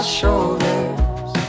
shoulders